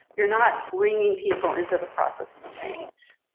you're not bringing people into the process of change.